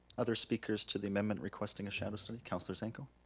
other speakers to the amendment requesting a shadow study? councilor zanko?